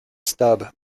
stub